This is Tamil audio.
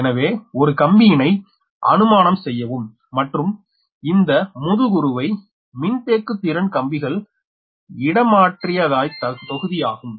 எனவே ஒரு கம்பியினை அனுமானம் செய்யவும் மற்றும் இந்த முதுருவை மின்தேக்குத்திறன் கம்பிகள் இடமாற்றியதாய்த்தொகுதி ஆகும்